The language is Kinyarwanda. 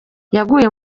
yaguye